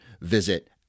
visit